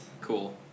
Cool